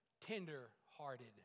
tender-hearted